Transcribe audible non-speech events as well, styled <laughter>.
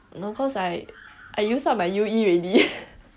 no cause I I use up my U_E already <breath>